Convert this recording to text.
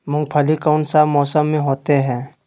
मूंगफली कौन सा मौसम में होते हैं?